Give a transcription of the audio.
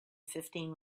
fifteen